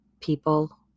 people